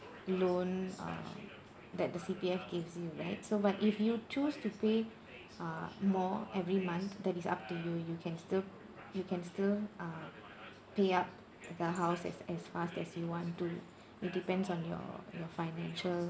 loan uh that the C_P_F gives you right so but if you choose to pay uh more every month that is up to you you can still you can still uh pay up the house as as fast as you want to it depends on your your financial